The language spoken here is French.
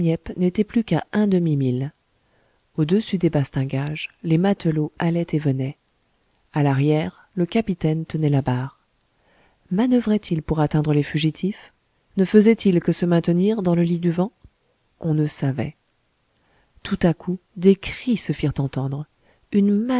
n'était plus qu'à un demi-mille au-dessus des bastingages les matelots allaient et venaient a l'arrière le capitaine tenait la barre manoeuvrait il pour atteindre les fugitifs ne faisait-il que se maintenir dans le lit du vent on ne savait tout à coup des cris se firent entendre une